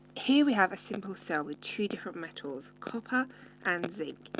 here, we have a simple cell with two different metals, copper and zinc,